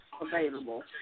available